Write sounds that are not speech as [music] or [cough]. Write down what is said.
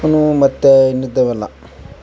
[unintelligible] ಮತ್ತು ಇನ್ನಿದ್ದವೆಲ್ಲ